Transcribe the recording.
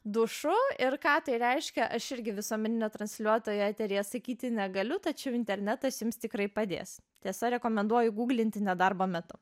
dušu ir ką tai reiškia aš irgi visuomeninio transliuotojo eteryje sakyti negaliu tačiau internetas jums tikrai padės tiesa rekomenduoju guglinti nedarbo metu